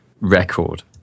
record